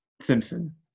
Simpson